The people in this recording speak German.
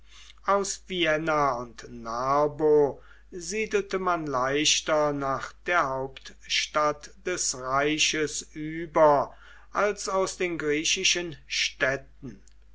aus vienna und narbo siedelte man leichter nach der hauptstadt des reiches über als aus den griechischen städten